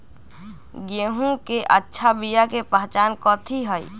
गेंहू के अच्छा बिया के पहचान कथि हई?